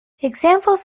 examples